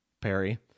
Perry